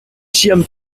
ĉiam